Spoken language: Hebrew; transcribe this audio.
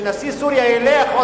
שנשיא סוריה ילך,